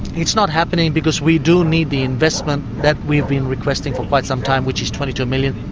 it's not happening because we do need the investment that we've been requesting for quite some time, which is twenty two million.